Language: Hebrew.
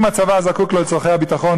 אם הצבא זקוק לו לצורכי הביטחון,